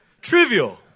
Trivial